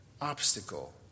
obstacle